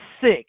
sick